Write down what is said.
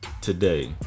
today